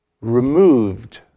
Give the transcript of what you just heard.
removed